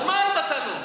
אז מה אם אתה לא?